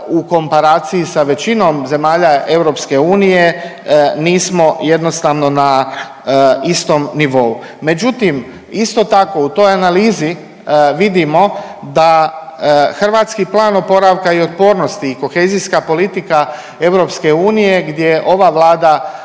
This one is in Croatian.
u komparaciji sa većinom zemalja EU nismo jednostavno na istom nivou. Međutim isto tako u toj analizi vidimo da Hrvatski plan oporavka i otpornosti i kohezijska politika EU gdje ova Vlada